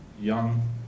young